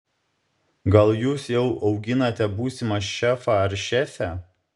gal jūs jau auginate būsimą šefą ar šefę